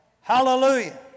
Hallelujah